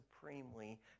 supremely